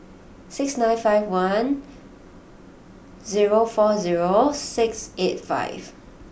six nine five one zero four zero six eight five